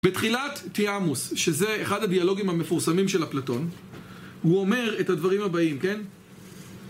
בתחילת תיאמוס, שזה אחד הדיאלוגים המפורסמים של אפלטון, הוא אומר את הדברים הבאים, כן?